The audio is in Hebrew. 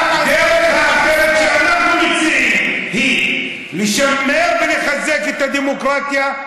והדרך האחרת שאנחנו מציעים היא לשמר ולחזק את הדמוקרטיה,